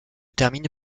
termine